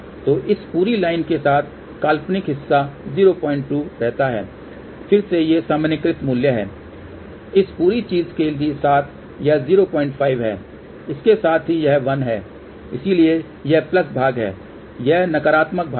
तो इस पूरी लाइन के साथ काल्पनिक हिस्सा 02 रहता है फिर से ये सामान्यीकृत मूल्य हैं इस पूरी चीज के साथ यह 05 है इसके साथ ही यह 1 है इसलिए यह प्लस भाग है यहां नकारात्मक भाग है